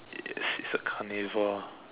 yes it is a carnivore